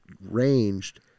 ranged